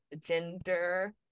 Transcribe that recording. gender